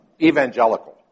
evangelical